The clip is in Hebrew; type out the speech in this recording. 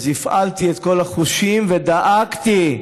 אז הפעלתי את כל החושים ודאגתי,